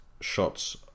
shots